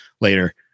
later